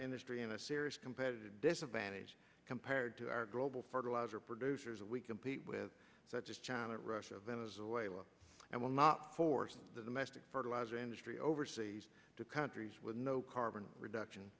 industry in a serious competitive disadvantage compared to our global fertiliser producers we compete with that china russia venezuela and will not force the domestic fertilizer industry overseas to countries with no carbon reduction